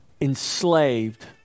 enslaved